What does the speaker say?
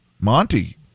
Monty